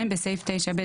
בסעיף 9(ב),